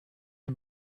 you